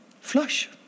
flush